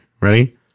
Ready